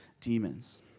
demons